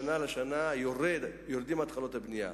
הן יורדות משנה לשנה.